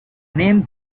name